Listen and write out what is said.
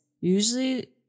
usually